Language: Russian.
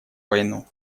войну